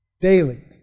daily